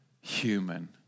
human